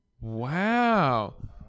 Wow